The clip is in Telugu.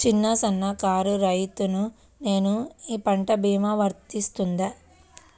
చిన్న సన్న కారు రైతును నేను ఈ పంట భీమా వర్తిస్తుంది?